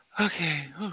Okay